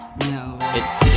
no